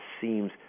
seems